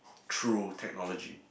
through technology